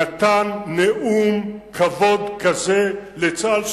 נתן נאום כבוד כזה לצה"ל,